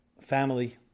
family